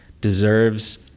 deserves